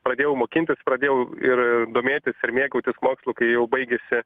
pradėjau mokintis pradėjau ir domėtis ir mėgautis mokslu kai jau baigėsi